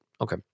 Okay